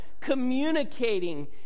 Communicating